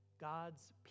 God's